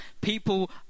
people